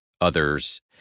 others